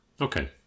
Okay